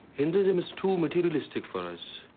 hinduism is too materialistic for us.